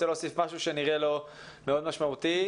להוסיף משהו שנראה לו מאוד משמעותי?